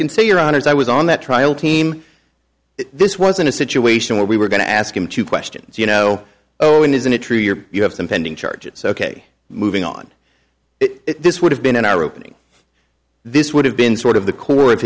can say your honour's i was on that trial team this wasn't a situation where we were going to ask him two questions you know oh and isn't it true you're you have some pending charges ok moving on this would have been in our opening this would have been sort of the core of